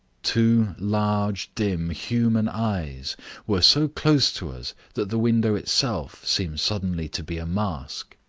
two large dim human eyes were so close to us that the window itself seemed suddenly to be a mask.